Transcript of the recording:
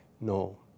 No